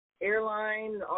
airline